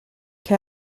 che